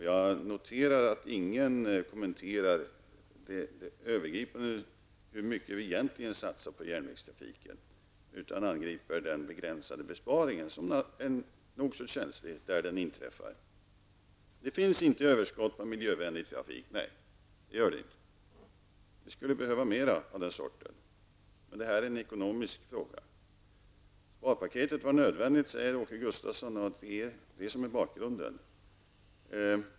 Jag noterar att ingen kommenterat hur mycket som vi egentligen satsar på järnvägstrafiken. I stället angriper alla den begränsade besparingen, som är nog så känslig där den inträffar. Det är riktigt att det inte finns överskott på miljövänlig trafik. Vi skulle behöva mer av den sorten. Men det här är en ekonomisk fråga. Sparpaketet var nödvändigt, säger Åke Gustavsson, och att det är det som är bakgrunden.